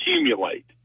accumulate